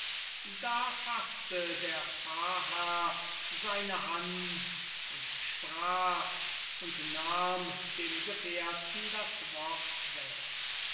da faßte der pfarrherr seine hand und sprach und nahm dem gefährten das wort weg